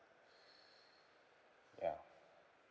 ya